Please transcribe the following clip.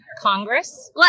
Congress